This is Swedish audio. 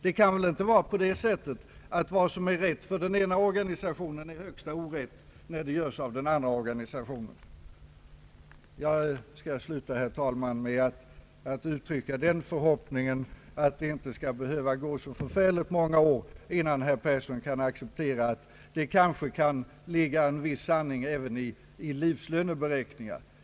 Det kan väl inte vara på det sättet, att vad som är rätt för den ena organisationen är högsta orätt när det görs av den andra organisationen? Jag skall sluta mitt anförande med att uttrycka den förhoppningen, att det inte skall behöva gå så förfärligt många år innan herr Persson accepterar att det kan ligga en viss sanning även i livslöneberäkningar.